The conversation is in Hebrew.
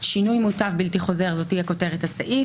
"שינוי מוטב בלתי חוזר" זו תהיה כותרת הסעיף.